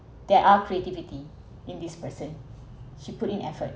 there are creativity in this person she put in effort